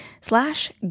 slash